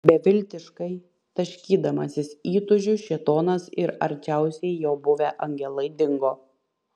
beviltiškai taškydamasis įtūžiu šėtonas ir arčiausiai jo buvę angelai dingo